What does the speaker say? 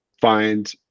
find